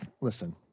listen